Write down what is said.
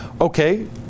Okay